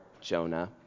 Jonah